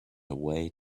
away